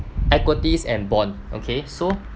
equities and bond okay so